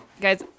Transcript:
Guys